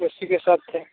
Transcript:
उसी के साथ थे